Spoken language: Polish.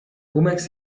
pumeks